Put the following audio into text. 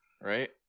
Right